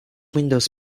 widows